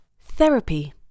Therapy